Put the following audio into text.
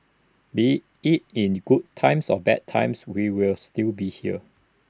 be IT in good times or bad times we will still be here